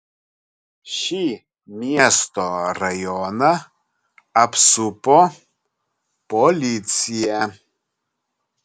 šį miesto rajoną apsupo policija